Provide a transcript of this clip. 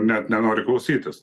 net nenori klausytis